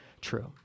true